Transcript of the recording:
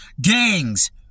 gangs